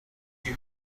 you